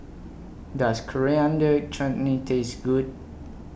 Does Coriander Chutney Taste Good